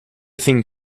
thing